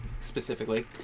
specifically